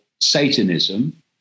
Satanism